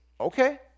okay